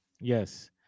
Yes